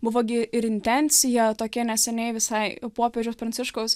buvo gi ir intencija tokia neseniai visai popiežiaus pranciškaus